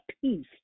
peace